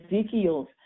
Ezekiel's